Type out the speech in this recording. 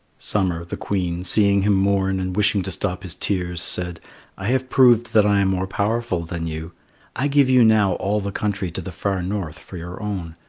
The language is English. summer, the queen, seeing him mourn and wishing to stop his tears, said i have proved that i am more powerful than you i give you now all the country to the far north for your own,